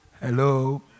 Hello